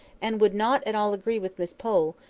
and would not at all agree with miss pole,